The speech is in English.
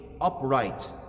upright